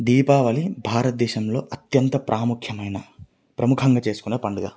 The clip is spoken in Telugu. దీపావళి భారత దేశంలో అత్యంత ప్రాముఖ్యమైన ప్రముఖంగా చేసుకునే పండుగ